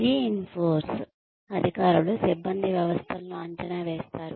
రీ enforce అధికారులు సిబ్బంది వ్యవస్థలను అంచనా వేస్తారు